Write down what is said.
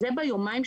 ביומיים,